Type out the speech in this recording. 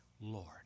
Lord